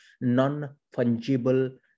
non-fungible